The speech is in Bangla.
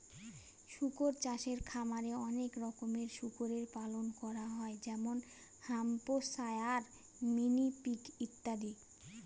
শুকর চাষে খামারে অনেক রকমের শুকরের পালন করা হয় যেমন হ্যাম্পশায়ার, মিনি পিগ ইত্যাদি